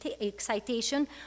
excitation